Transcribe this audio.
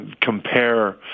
compare